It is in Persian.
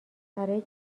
برای